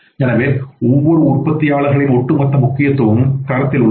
எனவே ஒவ்வொரு உற்பத்தியாளர்களின் ஒட்டுமொத்த முக்கியத்துவமும் தரத்தில் உள்ளது